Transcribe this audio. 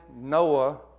Noah